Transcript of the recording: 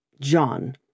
John